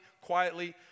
quietly